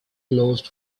closed